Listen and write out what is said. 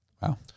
Wow